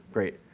great.